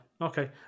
okay